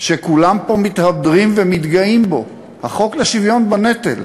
שכולם כאן מתהדרים ומתגאים בו, החוק לשוויון בנטל,